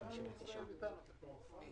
אדוני, אני